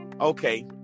Okay